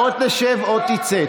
תשב או תצא.